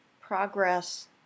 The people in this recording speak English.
progress